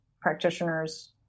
practitioners